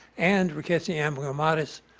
and rickettsia amblyommatis,